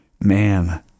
man